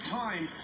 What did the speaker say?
time